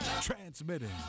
transmitting